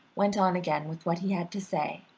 went on again with what he had to say.